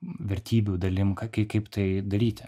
vertybių dalim kad kai kaip tai daryti